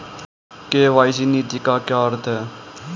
KYC नीति का क्या अर्थ है?